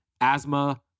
asthma